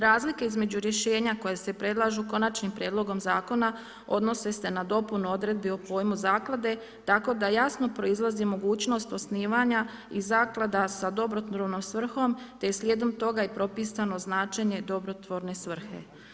Razlike između rješenja koja se predlažu konačnim prijedlogom zakona odnose se na dopunu odredbi o pojmu zaklade tako da jasno proizlazi mogućnost osnivanja i zaklada sa dobrotvornom svrhom te slijedom toga je propisano značenje dobrotvorne svrhe.